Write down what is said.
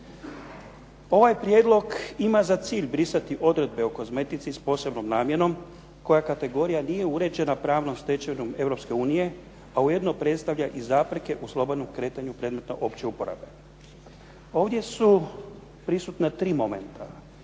Ovaj prijedlog ima za cilj brisati odredbe o kozmetici s posebnom namjenom koja kategorija nije uređena s pravnom stečevinom Europske unije pa ujedno predstavlja i zapreke u slobodnom kretanju predmeta opće uporabe. Ovdje su prisutna tri momenta.